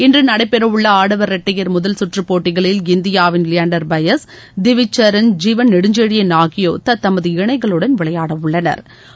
இன்று நடைபெறவுள்ள ஆடவர் இரட்டையர் முதல்குற்று போட்டிகளில் இந்தியாவின் லியாண்டர் பயஸ் திவிஜ் சரண் ஜீவன் நெடுஞ்செழியன் ஆகியோா் தத்தமது இணைகளுடன் விளையாடவுள்ளனா்